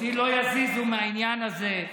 אותי לא יזיזו מהעניין הזה.